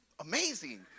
amazing